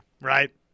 right